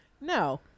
No